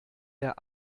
der